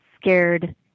scared